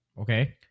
Okay